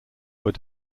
were